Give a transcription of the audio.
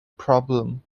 problem